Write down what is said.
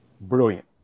Brilliant